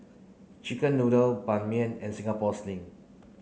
chicken noodles Ban Mian and Singapore sling